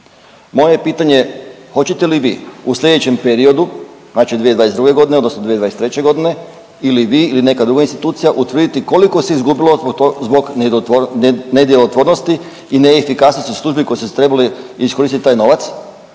Moje pitanje je, hoćete li vi u slijedećem periodu, znači 2022.g. odnosno 2023.g. ili vi ili neka druga institucija utvrditi koliko se izgubilo zbog nedjelotvornosti i neefikasnosti službi koje su trebale iskoristit taj novac